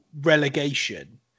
relegation